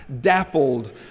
dappled